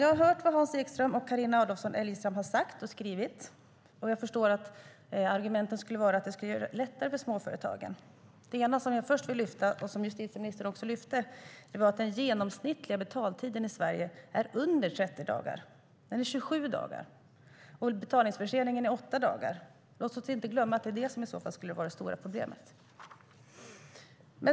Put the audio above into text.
Jag har hört vad Hans Ekström och Carina Adolfsson Elgestam har sagt och skrivit, och jag förstår att argumentet är att det skulle göra det lättare för småföretagen. Det som jag vill lyfta fram och som justitieministern lyfte fram i sitt svar är att den genomsnittliga betalningstiden i Sverige är under 30 dagar. Den är 27 dagar, och betalningsförseningen är 8 dagar. Låt oss inte glömma att detta i så fall skulle vara det stora problemet.